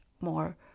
more